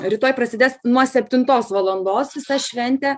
rytoj prasidės nuo septintos valandos visa šventė